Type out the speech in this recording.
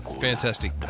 Fantastic